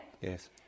Yes